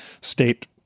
state